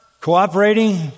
cooperating